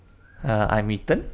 uh I'm ethan